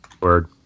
Word